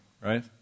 right